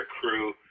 crew